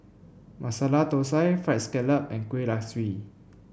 Masala Thosai fried scallop and Kuih Kaswi